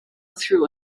through